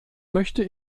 möchte